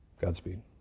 Godspeed